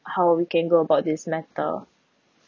how we can go about this matter